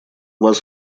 вас